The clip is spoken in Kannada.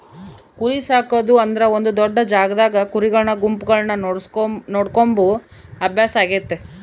ಕುರಿಸಾಕೊದು ಅಂದ್ರ ಒಂದು ದೊಡ್ಡ ಜಾಗದಾಗ ಕುರಿಗಳ ಗುಂಪುಗಳನ್ನ ನೋಡಿಕೊಂಬ ಅಭ್ಯಾಸ ಆಗೆತೆ